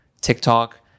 TikTok